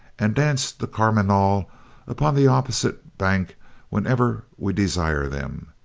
and dance the carmagnol upon the opposite bank whenever we desire them.